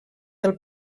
del